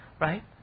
right